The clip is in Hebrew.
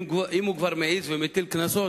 אם הוא כבר מעז ומטיל קנסות,